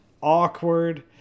awkward